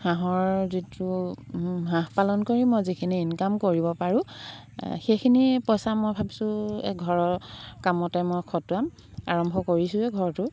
হাঁহৰ যিটো হাঁহ পালন কৰি মই যিখিনি ইনকাম কৰিব পাৰোঁ সেইখিনি পইচা মই ভাবিছোঁ এই ঘৰৰ কামতে মই খটুৱাম আৰম্ভ কৰিছোঁৱে ঘৰটো